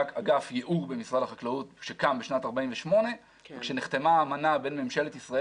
אגף ייעור במשרד החקלאות שגם בשנת 1948. כאשר נחתמה האמנה בין ממשלת ישראל